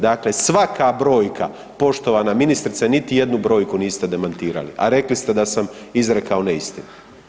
Dakle, svaka brojka, poštovana ministrice, niti jednu brojku niste demantirali, a rekli ste da sam izrekao neistine.